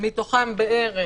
מתוכם בערך